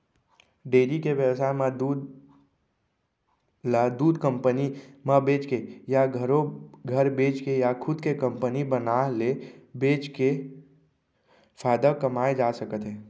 dairy के बेवसाय म दूद ल दूद कंपनी म बेचके या घरो घर बेचके या खुदे के कंपनी बनाके ले बेचके फायदा कमाए जा सकत हे